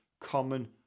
common